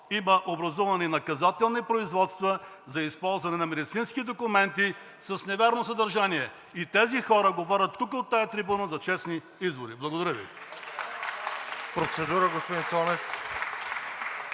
има образувани наказателни производства за използване на медицински документи с невярно съдържание и тези хора говорят тук от тази трибуна за честни избори. Благодаря Ви.